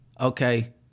Okay